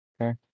Okay